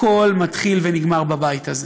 הכול מתחיל ונגמר בבית הזה.